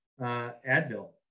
Advil